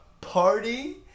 party